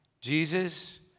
Jesus